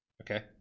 Okay